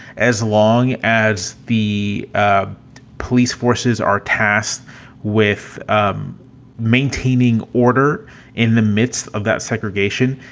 as long as the ah police forces are tasked with um maintaining order in the midst of that segregation,